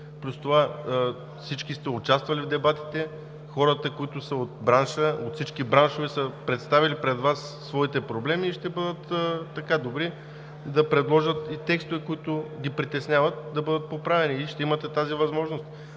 Освен това, всички сте участвали в дебатите. Хората от всички браншове са представили пред Вас своите проблеми и ще бъдат така добри да предложат и текстовете, които ги притесняват, за да бъдат поправени и ще имате тази възможност.